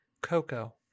cocoa